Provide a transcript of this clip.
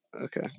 okay